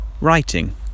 writing